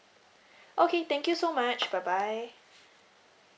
okay thank you so much bye bye